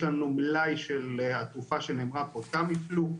יש לנו מלאי של התרופה טמיפלו.